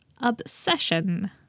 Obsession